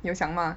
你有想吗